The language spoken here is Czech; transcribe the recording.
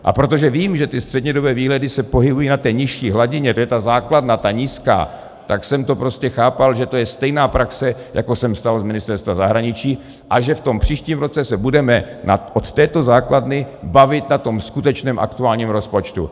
A protože vím, že střednědobé výhledy se pohybují na nižší hladině, to je ta základna, ta nízká, tak jsem to prostě chápal, že to je stejná praxe, jako jsem znal z Ministerstva zahraničí, a že v příštím roce se budeme od této základny bavit o tom skutečném aktuálním rozpočtu.